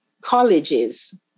colleges